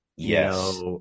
Yes